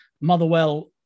Motherwell